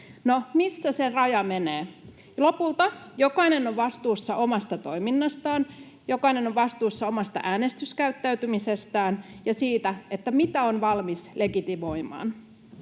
missä se raja menee? Lopulta jokainen on vastuussa omasta toiminnastaan, jokainen on vastuussa omasta äänestyskäyttäytymisestään ja siitä, mitä on valmis legitimoimaan.